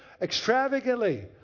extravagantly